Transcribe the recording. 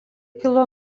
kilo